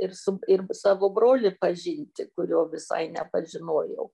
ir su ir savo brolį pažinti kurio visai nepažinojau